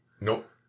Nope